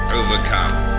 overcome